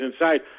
inside